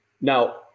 now